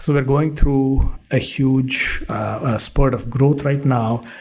so we're going through a huge spurt of growth right now,